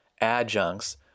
adjuncts